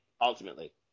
ultimately